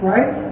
Right